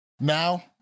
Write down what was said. now